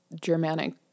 Germanic